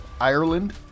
Ireland